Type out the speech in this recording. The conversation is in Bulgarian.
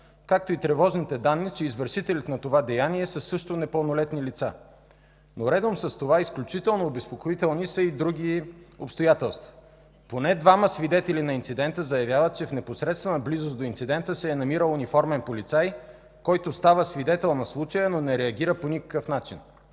както и тревожните данни, че извършители на това деяние са също непълнолетни лица. Но редом с това, изключително обезпокоителни са и други обстоятелства. Поне двама свидетели на инцидента заявяват, че в непосредствена близост до инцидента се е намирал униформен полицай, който става свидетел на случая, но не реагира по никакъв начин.